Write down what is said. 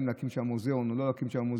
אם להקים שם מוזיאון או לא להקים שם מוזיאון.